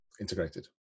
integrated